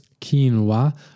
quinoa